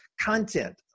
content